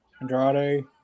Andrade